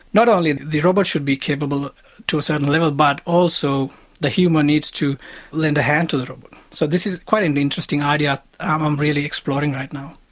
not only the robots should be capable to a certain level but also the human needs to lend a hand to the robot. so this is quite an interesting idea i'm um really exploring right now.